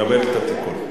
מקבל את התיקון.